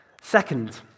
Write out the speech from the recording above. Second